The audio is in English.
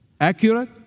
Accurate